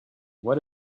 what